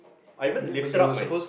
I even lifted up my